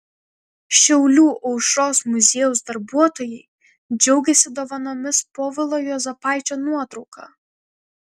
šiaulių aušros muziejaus darbuotojai džiaugiasi dovanomis povilo juozapaičio nuotrauka